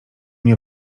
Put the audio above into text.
nie